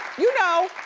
you know,